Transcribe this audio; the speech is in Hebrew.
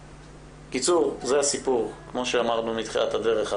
בקיצור, זה הסיפור כמו שאמרנו מתחילת הדרך.